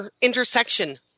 intersection